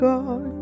God